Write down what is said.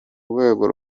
rwego